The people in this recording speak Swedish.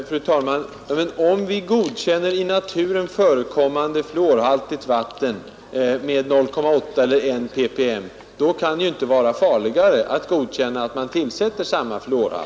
Fru talman! Om vi godkänner i naturen förekommande fluorhaltigt vatten med 0,8 eller I ppm, kan det ju inte vara farligare att godkänna att Nr 129 man tillsätter samma fluorhalt.